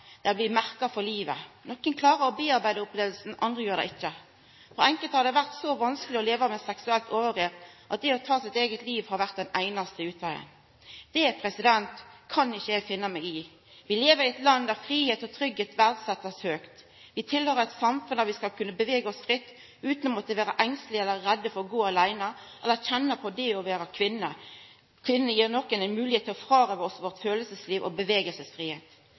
blir merkte for livet. Nokon klarer å arbeida med opplevinga, andre gjer det ikkje. For enkelte har det vore så vanskeleg å leva med seksuelle overgrep at det å ta sitt eige liv har vore den einaste utvegen. Det kan ikkje eg finna meg i. Vi lever i eit land der fridom og tryggleik blir høgt verdsett. Vi tilhøyrer eit samfunn der vi skal kunna bevega oss fritt, utan å måtta vera engstelege eller redde for å gå aleine, eller kjenna på at det å vera kvinne gir nokon ein moglegheit til å frårøva oss vårt følelsesliv og